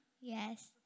Yes